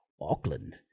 Auckland